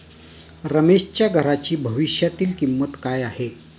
रमेशच्या घराची भविष्यातील किंमत काय आहे?